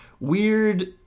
Weird